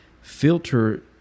filter